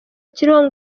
kiriho